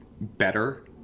better